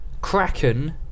kraken